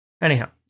Anyhow